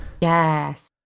yes